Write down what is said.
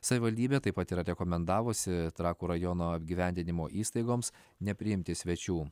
savivaldybė taip pat yra rekomendavusi trakų rajono apgyvendinimo įstaigoms nepriimti svečių